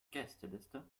gästeliste